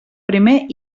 primer